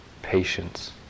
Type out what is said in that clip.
patience